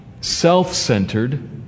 self-centered